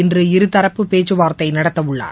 இன்று இருதரப்பு பேச்சுவார்த்தை நடத்த உள்ளார்